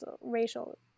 racial